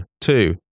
two